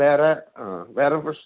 വേറെ വേറെ പ്രശ്നം